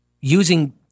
using